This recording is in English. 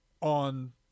on